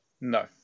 No